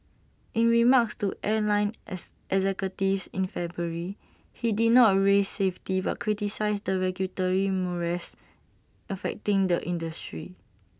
in remarks to airline ex executives in February he did not raise safety but criticised the regulatory morass affecting the industry